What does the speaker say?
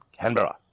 Canberra